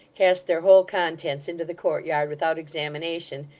cast their whole contents into the courtyard without examination,